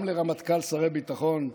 גם לרמטכ"ל, לשרי ביטחון.